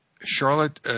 Charlotte